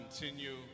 continue